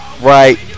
right